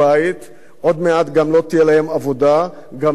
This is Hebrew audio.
עוד מעט גם לא תהיה להם עבודה, גם לא תיק השקעות.